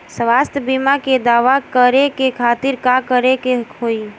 स्वास्थ्य बीमा के दावा करे के खातिर का करे के होई?